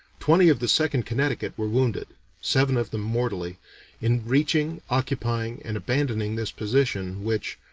twenty of the second connecticut were wounded seven of them mortally in reaching, occupying, and abandoning this position, which,